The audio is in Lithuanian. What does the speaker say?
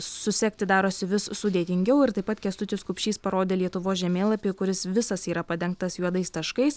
susekti darosi vis sudėtingiau ir taip pat kęstutis kupšys parodė lietuvos žemėlapį kuris visas yra padengtas juodais taškais